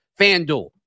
FanDuel